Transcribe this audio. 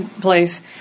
place